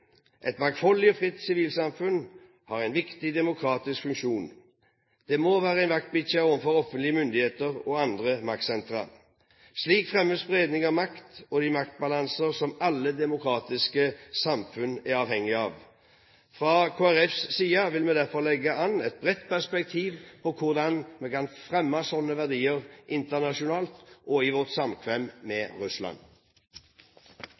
Et mangfoldig og fritt sivilsamfunn har en viktig demokratisk funksjon. Det må være en vaktbikkje overfor offentlige myndigheter og andre maktsentre. Slik fremmes spredning av makt og de maktbalanser som alle demokratiske samfunn er avhengig av. Fra Kristelig Folkepartis side vil vi derfor legge an et bredt perspektiv på hvordan vi kan fremme slike verdier internasjonalt – og i vårt samkvem